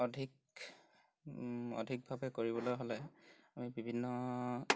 অধিক অধিকভাৱে কৰিবলৈ হ'লে আমি বিভিন্ন